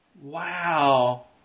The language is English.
Wow